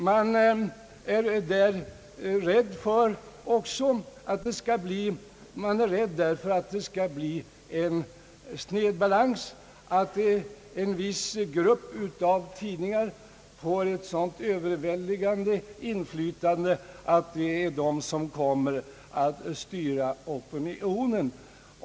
Man är där rädd för att det skall bli en snedbalans, att en viss grupp av tidningar skall få ett så överväldigande inflytande att de helt kommer att styra opinionen.